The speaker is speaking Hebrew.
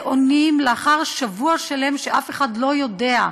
אחרי שבוע שלם שאף אחד לא יודע.